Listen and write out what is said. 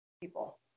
people